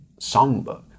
songbook